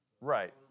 Right